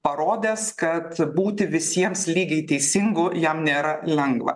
parodęs kad būti visiems lygiai teisingu jam nėra lengva